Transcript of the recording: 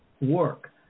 work